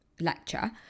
Lecture